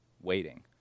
waiting